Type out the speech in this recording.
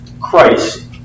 Christ